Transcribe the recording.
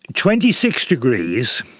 twenty six degrees,